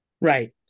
Right